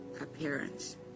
appearance